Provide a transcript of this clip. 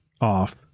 off